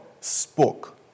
spoke